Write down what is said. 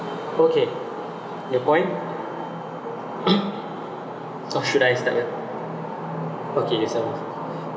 okay your point or should I start ya okay you start first